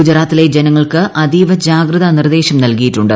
ഗുജറാത്തിലെ ജനങ്ങൾക്ക് അതീവ ജാഗ്രതാ നിർദ്ദേശം നൽകിയിട്ടുണ്ട്